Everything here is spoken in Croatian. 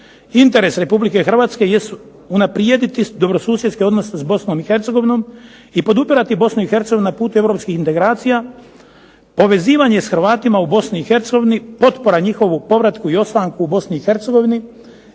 Interes Republike Hrvatske jesu unaprijediti dobrosusjedske odnose s Bosnom i Hercegovinom i podupirati Bosnu i Hercegovinu na putu europskih integracija. Povezivanje s Hrvatima u Bosni i Hercegovini, potpora njihovu povratku i ostanku u Bosni i Hercegovini